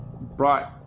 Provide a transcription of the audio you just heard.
brought